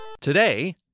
Today